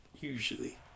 Usually